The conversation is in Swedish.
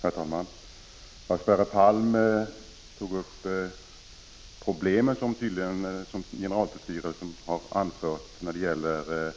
Herr talman! Sverre Palm tog upp de problem generaltullstyrelsen har pekat på när det gäller